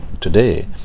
today